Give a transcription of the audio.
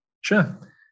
Sure